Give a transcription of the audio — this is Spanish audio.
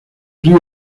río